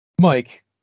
Mike